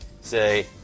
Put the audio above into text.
Say